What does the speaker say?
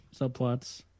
subplots